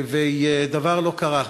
ודבר לא קרה.